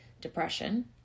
depression